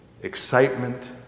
excitement